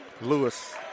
Lewis